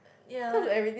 ya